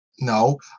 No